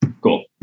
Cool